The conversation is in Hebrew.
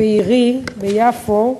בעירי, ביפו,